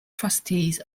trustees